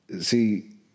See